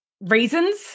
reasons